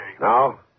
Now